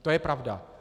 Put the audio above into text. To je pravda.